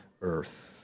earth